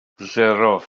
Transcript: sero